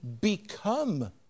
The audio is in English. become